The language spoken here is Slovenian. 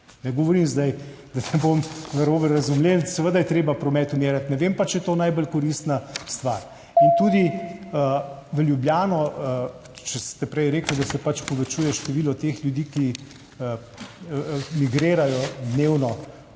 Ne govorim zdaj, da ne bom narobe razumljen, seveda je treba promet umirjati, ne vem pa, če je to najbolj koristna stvar. In tudi v Ljubljano, če ste prej rekel, da se pač povečuje število teh ljudi, ki migrirajo dnevno,